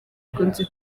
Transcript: bikunze